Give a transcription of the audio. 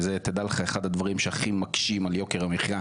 זה, תדע לך, אחד הדברים שהכי מקשים על יוקר המחיה.